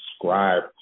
subscribe